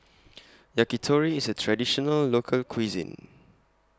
Yakitori IS A Traditional Local Cuisine